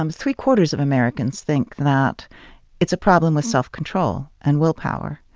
um three-quarters of americans think that it's a problem with self-control and willpower,